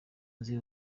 nzi